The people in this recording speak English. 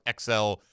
XL